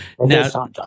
Now